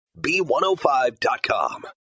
b105.com